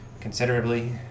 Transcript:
considerably